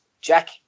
jack